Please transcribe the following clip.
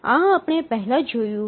આ આપણે પહેલા જોયું